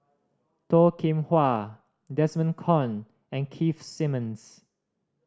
Toh Kim Hwa Desmond Kon and Keith Simmons